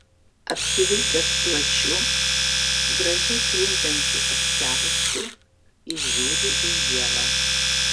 apsivilkęs plačiu gražiai krintančiu apsiaustu jis žiūri į ievą